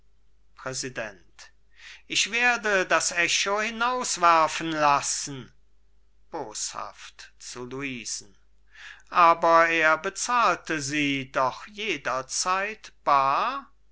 präsident ich werde das echo hinaus werfen lassen boshaft zu luisen aber er bezahlte sie doch jederzeit baar